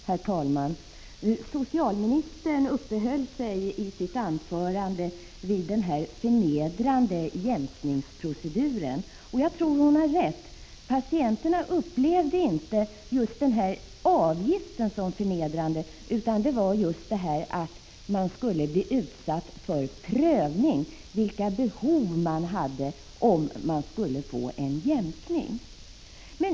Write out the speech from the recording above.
Herr talman! Socialministern uppehöll sig i sin replik vid den förnedrande jämkningsproceduren. Jag tror hon har rätt. Patienterna upplevde inte avgiften som förnedrande, utan det förnedrande var just detta att man blev utsatt för prövning av vilka behov man hade för att man skulle kunna få en jämkning.